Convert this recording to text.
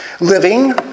Living